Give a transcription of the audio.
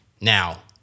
Now